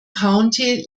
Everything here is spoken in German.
county